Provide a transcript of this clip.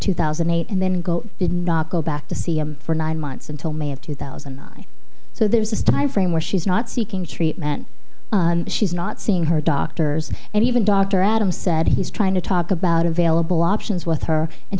two thousand and eight and then go did not go back to see him for nine months until may of two thousand and nine so there's a time frame where she's not seeking treatment she's not seeing her doctors and even dr adams said he's trying to talk about available options with her and